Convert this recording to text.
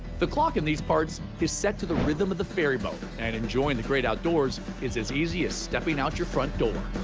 the clock in these parts is set to the rhythm of the ferry boat, and enjoying the great outdoors is as easy as stepping out your front door.